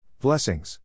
Blessings